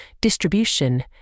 distribution